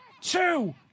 two